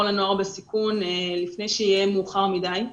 לנוער בסיכון לפני שיהיה מאוחר מדי.